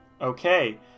Okay